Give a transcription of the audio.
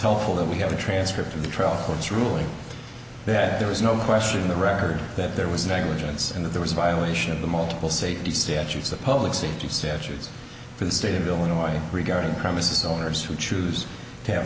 helpful that we have a transcript of the trial court's ruling that there is no question in the record that there was negligence and that there was a violation of the multiple safety statutes that public safety statutes for the state of illinois regarding premises owners who choose to have